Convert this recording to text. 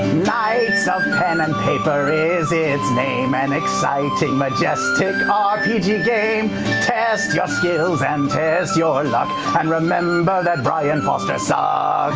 knights of pen and paper is its name an exciting, majestic rpg game test your skills and test your luck and remember that brian foster sucks it's ah